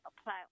apply